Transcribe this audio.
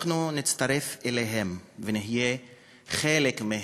על אלה שאנחנו נצטרף אליהם ונהיה חלק מהם.